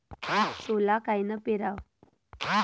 सोला कायनं पेराव?